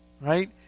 right